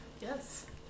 Yes